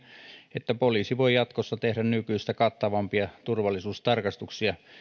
että poliisi voi jatkossa tehdä nykyistä kattavampia turvallisuustarkastuksia